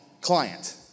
client